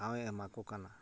ᱴᱷᱟᱶ ᱮ ᱮᱢᱟᱠᱚ ᱠᱟᱱᱟ